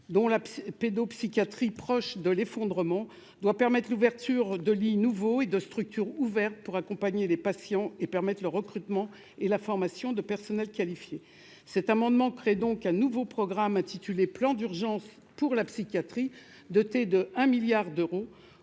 dont la pédopsychiatrie, proche de l'effondrement, doit permettre l'ouverture de lits nouveaux et de structure ouverte pour accompagner les patients et permettent le recrutement et la formation de personnel qualifié cet amendement crée donc un nouveau programme intitulé Plan d'urgence pour la psychiatrie, doté de 1 milliard d'euros